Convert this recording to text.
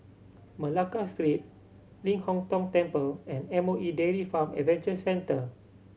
Malacca Street Ling Hong Tong Temple and M O E Dairy Farm Adventure Centre